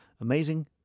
Amazing